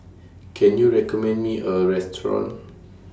Can YOU recommend Me A Restaurant